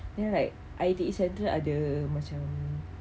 then I'm like I_T_E central ada macam